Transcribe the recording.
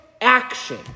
action